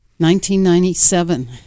1997